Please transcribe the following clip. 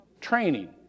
Training